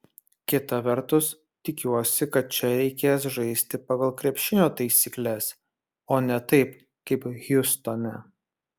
kita vertus tikiuosi kad čia reikės žaisti pagal krepšinio taisykles o ne taip kaip hjustone